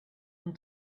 and